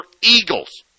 Eagles